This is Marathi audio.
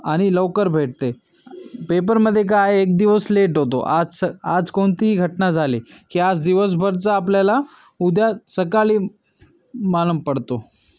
आणि लवकर भेटते पेपरमध्ये काय आहे एक दिवस लेट होतो आज स आज कोणतीही घटना झाली की आज दिवसभरचा आपल्याला उद्या सकाळी मालूम पडतो